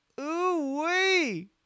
Ooh-wee